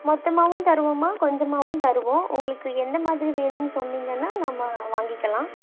மொத்தமாகவும் தருவோம்மா கொஞ்சமாகவும் தருவோம் உங்களுக்கு என்ன மாதிரி வேணும்னு சொன்னிங்கன்னா நம்ம வாங்கிக்கலாம்